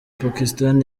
pakistan